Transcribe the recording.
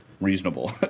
reasonable